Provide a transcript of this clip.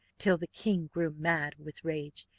till the king grew mad with rage,